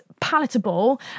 palatable